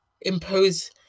impose